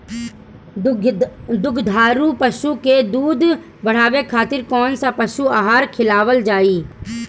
दुग्धारू पशु के दुध बढ़ावे खातिर कौन पशु आहार खिलावल जाले?